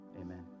amen